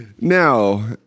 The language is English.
now